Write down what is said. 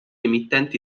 emittenti